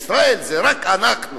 ישראל, זה רק אנחנו,